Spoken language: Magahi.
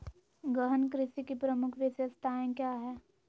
गहन कृषि की प्रमुख विशेषताएं क्या है?